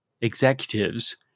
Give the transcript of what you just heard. executives